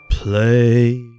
Play